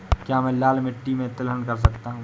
क्या मैं लाल मिट्टी में तिलहन कर सकता हूँ?